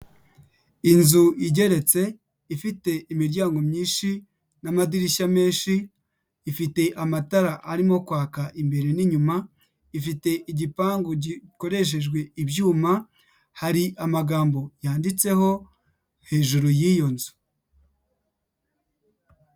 Inzu igeretse ifite imiryango myinshi n'amadirishya menshi, ifite amatara arimo kwaka imbere n'inyuma, ifite igipangu gikoreshejwe ibyuma, hari amagambo yanditseho hejuru y'iyo nzu.